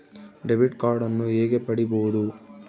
Debit ಕಾರ್ಡನ್ನು ಹೇಗೆ ಪಡಿಬೋದು?